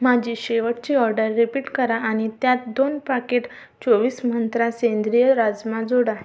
माझी शेवटची order repeat करा आणि त्यात दोन पाकिट चोवीस मंत्रा सेंद्रिय राजमा जोडा